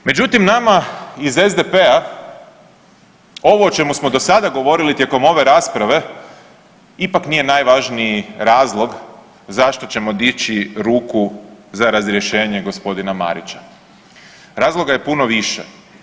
Međutim, nama iz SDP-a ovo o čemu smo do sada govorili tijekom ove rasprave ipak nije najvažniji razlog zašto ćemo dići ruku za razrješenje g. Marića, razloga je puno više.